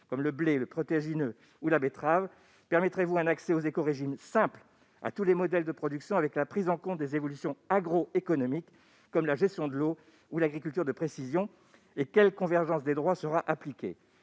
comme le blé, le protéagineux ou la betterave, permettrez-vous un accès aux écorégimes simples à tous les modèles de production, avec la prise en compte des évolutions agroéconomiques, comme la gestion de l'eau ou l'agriculture de précision, et quelle convergence des droits sera appliquée